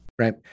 Right